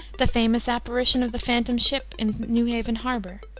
the famous apparition of the phantom ship in new haven harbor,